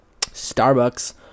Starbucks